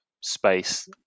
space